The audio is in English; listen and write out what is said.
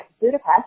Budapest